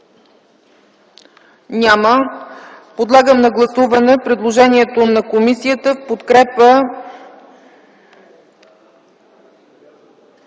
Няма. Подлагам на гласуване предложението на комисията за